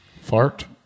Fart